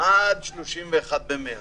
עד 31 במרס.